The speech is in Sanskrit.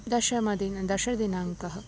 दशमदिनं दशमदिनाङ्कः